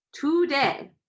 Today